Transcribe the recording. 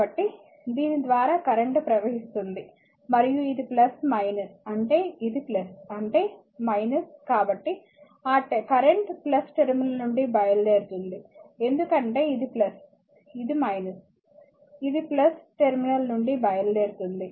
కాబట్టి దీని ద్వారా కరెంట్ ప్రవహిస్తుంది మరియు ఇది అంటే ఇది అంటే కాబట్టి ఆ కరెంట్ టెర్మినల్ నుండి బయలుదేరుతుంది ఎందుకంటే ఇది ఇది ఇది టెర్మినల్ నుండి బయలుదేరుతుంది